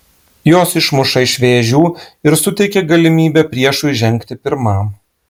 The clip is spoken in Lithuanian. jos išmuša iš vėžių ir suteikia galimybę priešui žengti pirmam